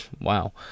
wow